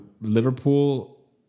liverpool